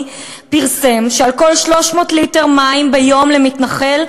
פרסם שעל כל 300 ליטר מים ביום למתנחל,